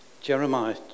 Jeremiah